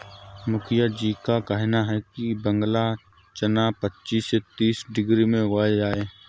मुखिया जी का कहना है कि बांग्ला चना पच्चीस से तीस डिग्री में उगाया जाए